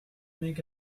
make